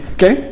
Okay